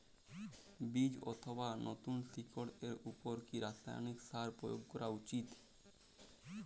বীজ অথবা নতুন শিকড় এর উপর কি রাসায়ানিক সার প্রয়োগ করা উচিৎ?